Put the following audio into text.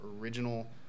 original